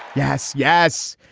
yes. yes.